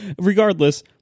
Regardless